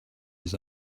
his